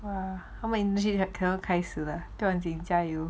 !wah! 他们 internship cannot 开始 lah 不用经加油